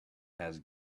has